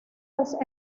los